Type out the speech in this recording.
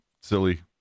silly